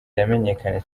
yamenyekanye